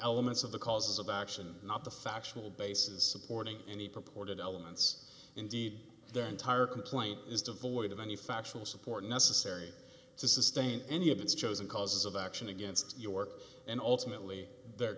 elements of the cause of action not the factual basis supporting any purported elements indeed the entire complaint is devoid of any factual support necessary to sustain any of its chosen causes of action against your work and ultimately the